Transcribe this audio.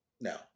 no